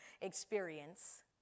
experience